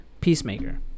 Peacemaker